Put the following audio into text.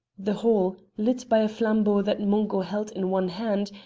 the hall, lit by a flambeau that mungo held in one hand,